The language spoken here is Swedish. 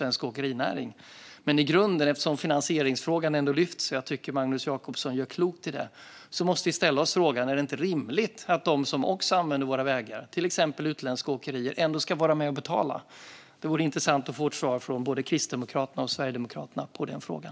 Men i grunden, eftersom finansieringsfrågan lyfts upp, vilket jag tycker att Magnus Jacobsson gör klokt i, måste vi ställa oss frågan: Är det inte rimligt att de som använder våra vägar, till exempel utländska åkerier, ska vara med och betala? Det vore intressant att få ett svar från både Kristdemokraterna och Sverigedemokraterna på den frågan.